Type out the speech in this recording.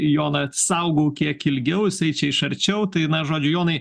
joną saugau kiek ilgiau jisai čia iš arčiau tai na žodžiu jonai